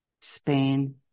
Spain